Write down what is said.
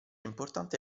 importante